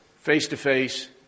face-to-face